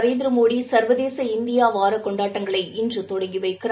நரேந்திர மோடி சர்வதேச இந்தியா வார கொண்டாட்டங்களை இன்று தொடங்கி வைக்கிறார்